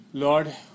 Lord